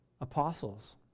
apostles